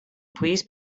please